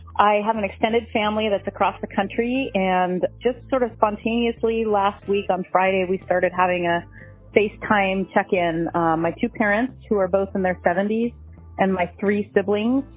i have an extended family that's across the country and just sort of spontaneously last week on friday, we started having a face time check in my two parents who are both in their seventy s and my three siblings.